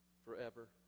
forever